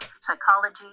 psychology